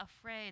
afraid